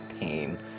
pain